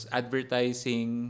advertising